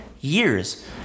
years